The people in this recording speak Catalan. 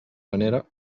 manera